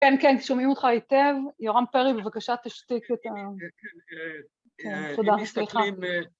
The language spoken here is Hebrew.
‫כן, כן, שומעים אותך היטב. ‫יורם פרי, בבקשה, תשתיק את ה... ‫תודה. ‫-אני מסתכלים...